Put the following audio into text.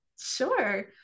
Sure